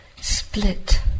split